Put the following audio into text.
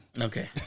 Okay